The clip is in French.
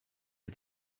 est